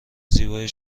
زیبای